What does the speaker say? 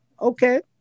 Okay